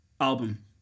album